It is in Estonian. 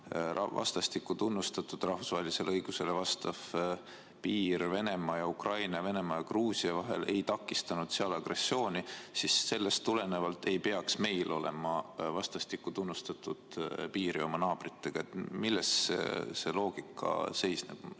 vastastikku tunnustatud rahvusvahelisele õigusele vastav piir Venemaa ja Ukraina ning Venemaa ja Gruusia vahel ei takistanud seal agressiooni, siis sellest tulenevalt ei peaks meil olema vastastikku tunnustatud piiri oma naabritega. Milles see loogika seisneb?